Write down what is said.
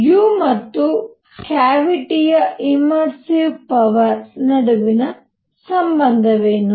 U ಮತ್ತು ಕ್ಯಾವಿಟಿಯ immersive power ನಡುವಿನ ಸಂಬಂಧವೇನು